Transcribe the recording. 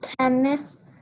tennis